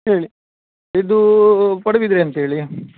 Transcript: ಹೇಳಿ ಇದು ಪಡುಬಿದ್ರಿ ಅಂತೇಳಿ